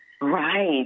Right